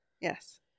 Yes